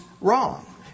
wrong